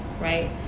right